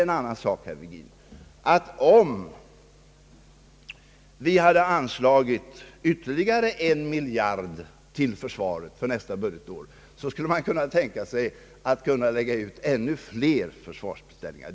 En annan sak är, herr Virgin, att om vi hade anslagit ytterligare en miljard för försvaret till nästa budgetår, skulle man självklart ha kunnat tänka sig att lägga ut ännu fler försvarsbeställningar.